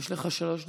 יש לך שלוש דקות.